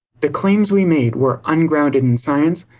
the claims we made were ungrounded in science,